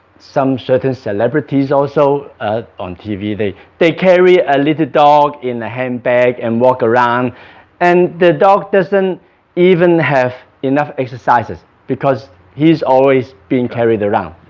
some certain celebrities also ah on tv they they carry a little dog in a handbag and walk around and the dog doesn't even have enough exercise because he's always being carried around